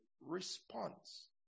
response